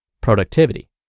productivity